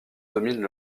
dominent